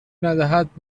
ندهد